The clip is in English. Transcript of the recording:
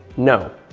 no.